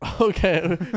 Okay